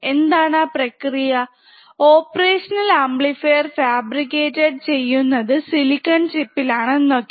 എന്താണ് ആ പ്രക്രിയ ഓപ്പറേഷണൽ ആംപ്ലിഫയർ ഫാബ്രിക്കേറ്റഡ് ചെയ്യുന്നത് സിലിക്കൺ ചിപ്പിൽ ആണ് എന്നൊക്കെ